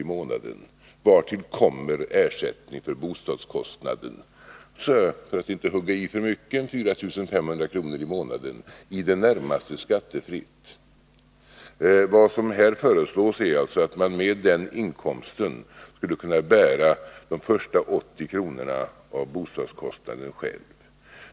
i månaden, vartill kommer ersättning för bostadskostnaden. Det blir, för att inte hugga i för mycket, 4 500 kr. i månaden i det närmaste skattefritt. Vad som här föreslås är alltså att man själv med denna inkomst skulle kunna bära de första 80 kronorna av bostadskostnaden.